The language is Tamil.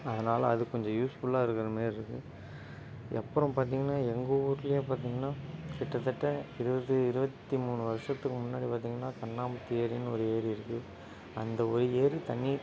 அதனால் அது கொஞ்சம் யூஸ்ஃபுல்லாக இருக்கிற மாரி இருக்குது அப்புறம் பார்த்திங்கன்னா எங்கள் ஊரிலயே பார்த்திங்கன்னா கிட்டத்தட்ட இருபது இருபத்தி மூணு வருஷத்துக்கு முன்னாடி பார்த்திங்கன்னா கண்ணாமுத்தி ஏரின்னு ஒரு ஏரி இருக்குது அந்த ஒரு ஏரி தண்ணீர்